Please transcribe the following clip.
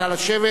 נא לשבת.